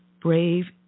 brave